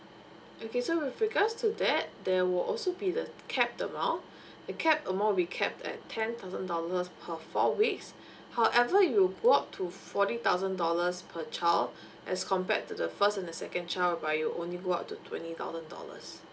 okay so with regards to that there will also be the cap amount the cap amount will be capped at ten thousand dollars per four weeks however you go up to forty thousand dollars per child as compared to the first and the second child but you only go up to twenty thousand dollars